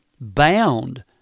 bound